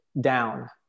down